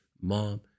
mom